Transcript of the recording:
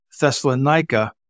Thessalonica